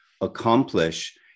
accomplish